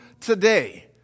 today